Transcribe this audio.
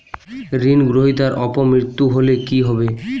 ঋণ গ্রহীতার অপ মৃত্যু হলে কি হবে?